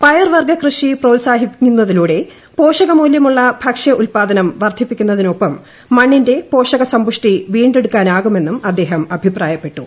പയർവർഗ്ഗകൃഷി പ്രോൽസാഫിപ്പിക്കുന്നതിലൂടെ പോഷകമൂല്യമുള്ള ഭക്ഷ്യ ഉൽപ്പാദനം വർദ്ധിപ്പിക്കുന്നതിനോടൊപ്പം മണ്ണിന്റെ പോഷക സമ്പുഷ്ടി വീണ്ടെടുക്കാനാകുമെന്നും അദ്ദേഹം അഭിപ്രായപ്പെട്ടു